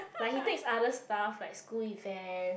like he takes other stuff like school events